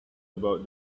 about